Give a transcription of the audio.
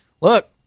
look